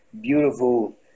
beautiful